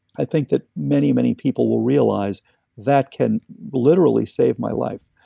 i think that many, many people will realize that can literally save my life.